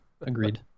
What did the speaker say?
agreed